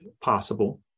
possible